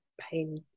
pain